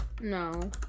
No